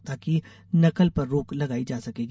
ताकि नकल पर रोक लगाई जा सकेगी